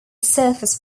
surface